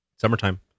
summertime